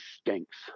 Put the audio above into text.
stinks